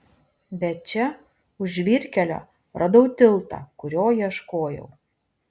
bet čia už žvyrkelio radau tiltą kurio ieškojau